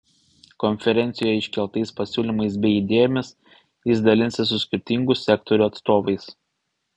konferencijoje iškeltais pasiūlymais bei idėjomis jis dalinsis su skirtingų sektorių atstovais